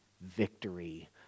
victory